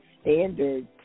standards